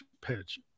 pitch